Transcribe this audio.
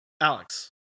Alex